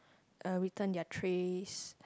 uh return their trays